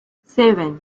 seven